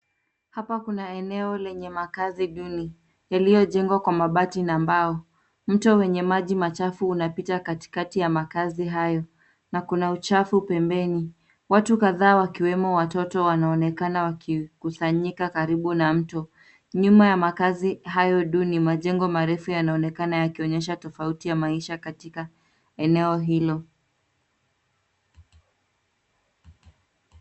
Hapa kuna eneo lenye makazi duni yaliyojengwa kwa mabati na mbao. Mto wenye maji machafu unapita katikati ya makazi hayo na kuna uchafu pembeni. Watu kadhaa wakiwemo watoto wanaonekana wakikusanyika karibu na mto. Nyuma ya makazi hayo duni, majengo marefu yanaonekana yakionyesha tafauti ya maisha katika eneo hilo.